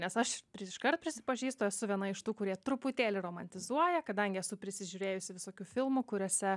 nes aš iškart prisipažįstu esu viena iš tų kurie truputėlį romantizuoja kadangi esu prisižiūrėjusi visokių filmų kuriuose